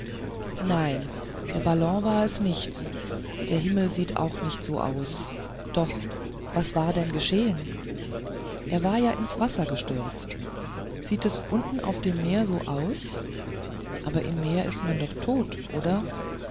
nein der ballon war es nicht der himmel sieht auch nicht so aus doch was war denn geschehen er war ja ins wasser gestürzt sieht es unten auf dem meer so aus aber im wasser ist man tot oder